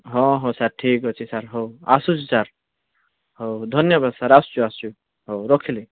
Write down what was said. ହଁ ହଁ ସାର୍ ଠିକ ଅଛି ସାର୍ ହଉ ଆସୁଛି ସାର୍ ହଉ ଧନ୍ୟବାଦ ସାର୍ ଆସୁଛୁ ଆସୁଛୁ ହଉ ରଖିଲି